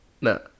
No